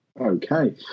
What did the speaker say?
Okay